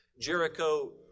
Jericho